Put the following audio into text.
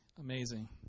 Amazing